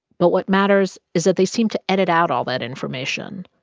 but what matters is that they seemed to edit out all that information.